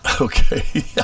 okay